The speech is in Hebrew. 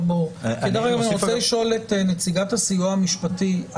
אני רוצה לשאול את נציגת הסיוע המשפטי.